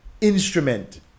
instrument